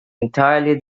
entirely